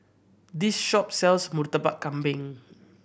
this shop sells Murtabak Kambing